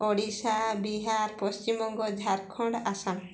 Odisha Bihar Paschimbanga Jharkhand Assam